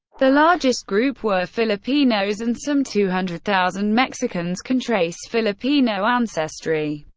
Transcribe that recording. the largest group were filipinos and some two hundred thousand mexicans can trace filipino ancestry.